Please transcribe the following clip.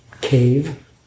cave